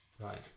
Right